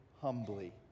humbly